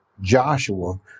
Joshua